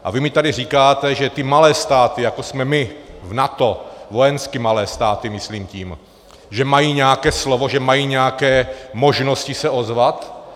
A vy mi tady říkáte, že ty malé státy, jako jsme my, v NATO, vojensky malé státy tím myslím, že mají nějaké slovo, že mají nějaké možnosti se ozvat?